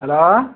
hello